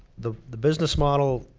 the the business model,